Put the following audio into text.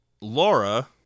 Laura